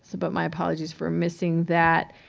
so but my apologies for missing that.